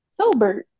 Silbert